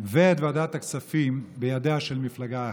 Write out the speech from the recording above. ואת ועדת הכספים בידיה של מפלגה אחת.